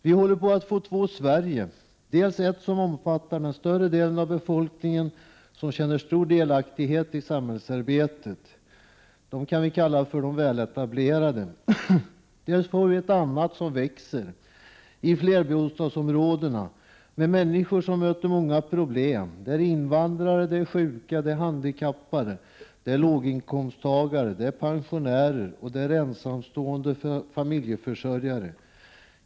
Vi håller på att få två Sverige: dels ett som omfattar den större delen av befolkningen och som känner stor delaktighet i samhällsarbetet, vi kan kalla dessa människor de väletablerade, dels ett Sverige som växer och som har sitt fäste i flerbostadsområdena. Där finns människor som möter problem, t.ex. invandrare, sjuka, handikappade, låginkomsttagare, pensionärer och ensamstående familjeförsörjare.